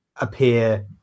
appear